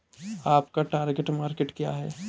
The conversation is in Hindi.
आपका टार्गेट मार्केट क्या है?